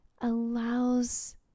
allows